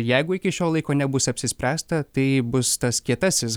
jeigu iki šio laiko nebus apsispręsta tai bus tas kietasis